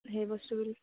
সেই বস্তুবোৰ